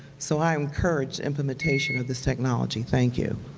so i encourage implementation of this technology. thank you.